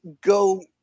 go